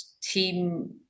team